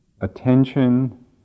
attention